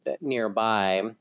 nearby